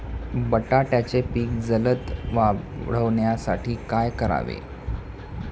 बटाट्याचे पीक जलद वाढवण्यासाठी काय करावे?